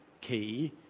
key